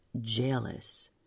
jealous